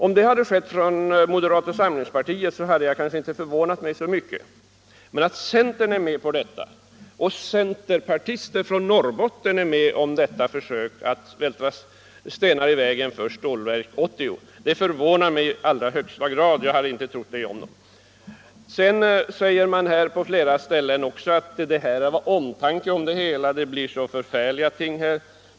Om detta hade yrkats bara från moderata samlingspartiet, så hade det kanske inte förvånat mig så mycket. Men att centern är med och att centerpartister från Norrbotten är med om detta försök att vältra stenar i vägen för Stålverk 80, det förvånar mig i allra högsta grad. Jag hade inte trott det om dem. Sedan sägs det också på flera ställen att det är av omtanke som man framställer sitt yrkande — det blir så förfärliga följder av detta.